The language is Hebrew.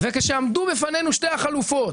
וכשעמדו בפנינו שתי החלופות,